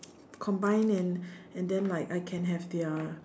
combined and and then like I can have their